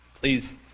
Please